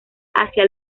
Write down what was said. hacia